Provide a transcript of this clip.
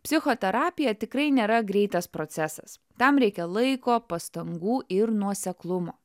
psichoterapija tikrai nėra greitas procesas tam reikia laiko pastangų ir nuoseklumo